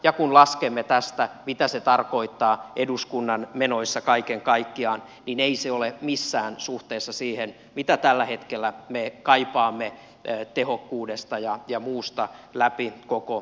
kun laskemme tästä mitä se tarkoittaa eduskunnan menoissa kaiken kaikkiaan niin ei se ole missään suhteessa siihen mitä tällä hetkellä me kaipaamme tehokkuudesta ja muusta läpi koko yhteiskunnan